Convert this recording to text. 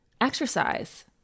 exercise